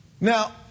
Now